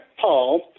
Paul